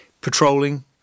patrolling